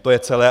To je celé.